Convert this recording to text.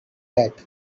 that